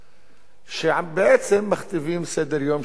שבעצם מכתיבים את סדר-היום של הממשלה.